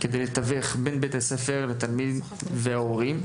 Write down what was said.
כדי לתווך בין בית הספר לתלמיד ולהורים.